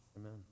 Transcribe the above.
Amen